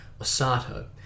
Osato